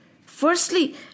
firstly